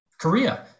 Korea